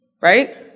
Right